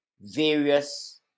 various